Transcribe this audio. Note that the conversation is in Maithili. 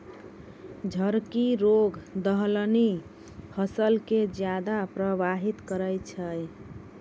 झड़की रोग दलहनी फसल के ज्यादा प्रभावित करै छै